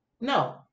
no